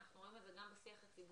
אנחנו רואים את זה גם בשיח הציבורי.